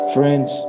Friends